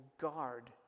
guard